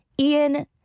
Ian